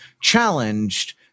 challenged